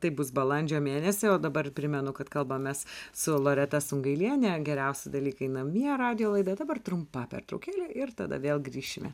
taip bus balandžio mėnesį o dabar primenu kad kalbamės su loreta sungailiene geriausi dalykai namie radijo laida dabar trumpa pertraukėlė ir tada vėl grįšime